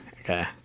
Okay